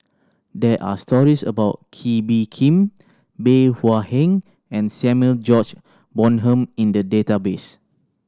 there are stories about Kee Bee Khim Bey Hua Heng and Samuel George Bonham in the database